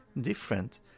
different